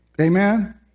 Amen